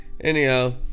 anyhow